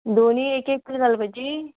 दोनी एक एक कील घालपाचीं